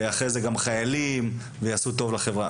ואחרי זה גם חיילים ויעשו טוב לחברה.